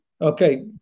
Okay